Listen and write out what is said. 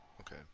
Okay